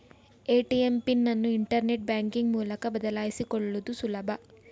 ATM PIN ಅನ್ನು internet banking ಮೂಲಕ ಬದಲಾಯಿಸಿಕೊಳ್ಳುದು ಸುಲಭ